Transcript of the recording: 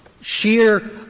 sheer